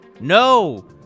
No